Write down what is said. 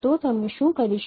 તો તમે શું કરી શકો